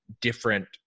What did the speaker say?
different